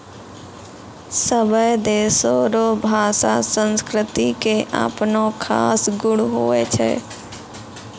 सभै देशो रो भाषा संस्कृति के अपनो खास गुण हुवै छै